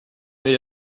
made